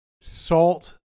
salt